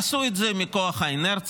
עשו את זה מכוח האינרציה,